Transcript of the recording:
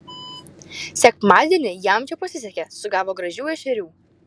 sekmadienį jam čia pasisekė sugavo gražių ešerių